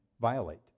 violate